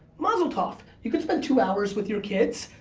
mazel tov, you can spend two hours with your kids,